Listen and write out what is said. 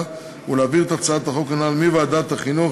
ולהעביר את ההצעה הנ"ל מוועדת החינוך,